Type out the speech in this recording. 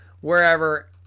wherever